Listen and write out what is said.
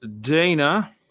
Dana